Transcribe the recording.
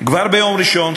כבר ביום ראשון,